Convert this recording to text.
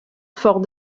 fort